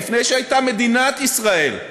לפני שהייתה מדינת ישראל.